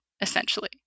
essentially